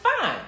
fine